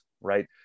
Right